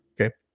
Okay